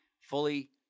fully